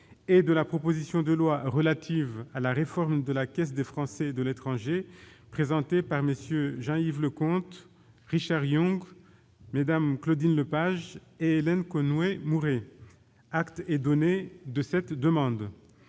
-et de la proposition de loi relative à la réforme de la caisse des Français de l'étranger, présentée par MM. Jean-Yves Leconte, Richard Yung, Mmes Claudine Lepage et Hélène Conway-Mouret. Acte est donné de cette demande.